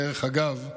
דרך אגב,